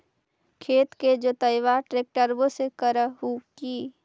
खेत के जोतबा ट्रकटर्बे से कर हू की?